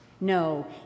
No